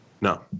no